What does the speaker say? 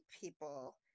people